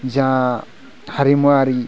जा हारिमुवारि